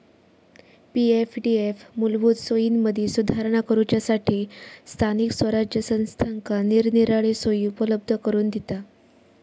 पी.एफडीएफ मूलभूत सोयींमदी सुधारणा करूच्यासठी स्थानिक स्वराज्य संस्थांका निरनिराळे सोयी उपलब्ध करून दिता